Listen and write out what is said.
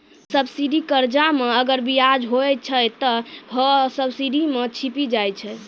subsidy कर्जा मे अगर बियाज हुवै छै ते हौ सब्सिडी मे छिपी जाय छै